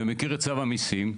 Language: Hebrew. ומכיר את צו המיסים,